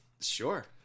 sure